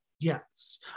yes